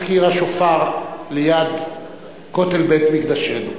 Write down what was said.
היא הזכירה שופר ליד כותל בית מקדשנו,